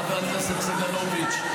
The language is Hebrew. חבר הכנסת סגלוביץ':